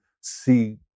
see